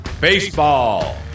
Baseball